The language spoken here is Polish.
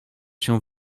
się